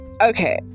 okay